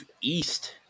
east